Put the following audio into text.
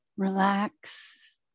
Relax